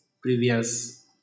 previous